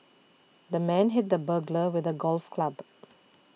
the man hit the burglar with a golf club